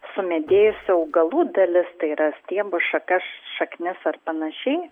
sumedėjusių augalų dalis tai yra stiebus šakas šaknis ar panašiai